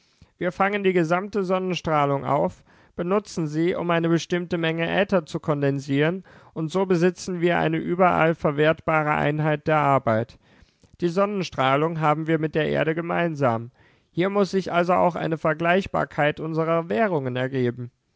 wir fangen die gesamte sonnenstrahlung auf benutzen sie um eine bestimmte menge äther zu kondensieren und so besitzen wir eine überall verwertbare einheit der arbeit die sonnenstrahlung haben wir mit der erde gemeinsam hier muß sich also auch eine vergleichbarkeit unserer währungen ergeben